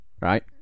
right